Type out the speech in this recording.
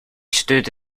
stood